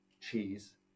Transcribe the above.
cheese